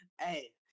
Hey